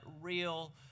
real